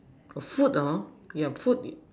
food orh yeah food